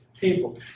people